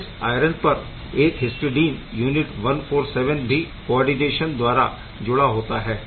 इस आयरन पर एक हिस्टडीन यूनिट 147 भी कोऔर्डीनेशन द्वारा जुड़ा होता है